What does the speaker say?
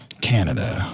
Canada